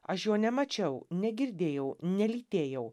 aš jo nemačiau negirdėjau nelytėjau